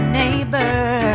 neighbor